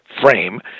frame